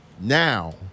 now